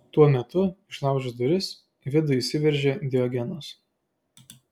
tuo metu išlaužęs duris į vidų įsiveržė diogenas